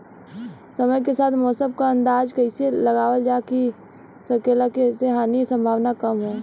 समय के साथ मौसम क अंदाजा कइसे लगावल जा सकेला जेसे हानि के सम्भावना कम हो?